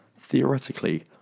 theoretically